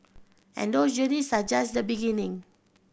and those journeys are just the beginning